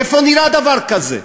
איפה נראה דבר כזה?